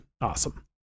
awesome